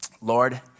Lord